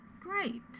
Great